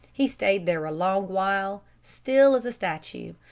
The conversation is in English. he stayed there a long while, still as a statue,